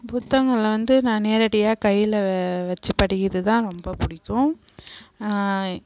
புத்தங்களில் வந்து நான் நேரடியாக கையில் வச்சி படிக்கிறது தான் ரொம்ப பிடிக்கும்